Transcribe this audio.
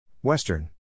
Western